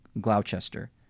Gloucester